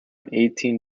eighteen